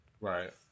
right